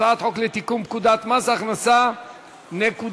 הצעת חוק לתיקון פקודת מס הכנסה (נקודת